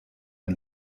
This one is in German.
man